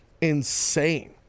insane